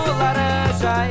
laranja